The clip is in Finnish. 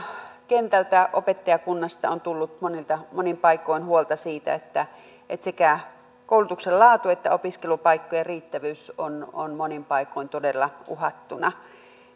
kentältä opettajakunnasta on tullut monin paikoin huolta siitä että että sekä koulutuksen laatu että opiskelupaikkojen riittävyys ovat monin paikoin todella uhattuina